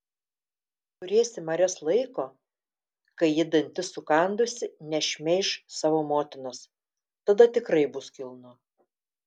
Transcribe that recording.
turėsi marias laiko kai ji dantis sukandusi nešmeiš savo motinos tada tikrai bus kilnu